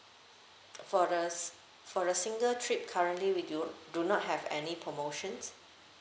for the s~ for the single trip currently we do do not have any promotions